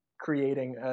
creating